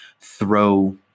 throw